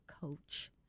coach